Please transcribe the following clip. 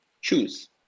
Choose